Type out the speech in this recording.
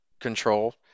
control